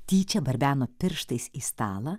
tyčia barbeno pirštais į stalą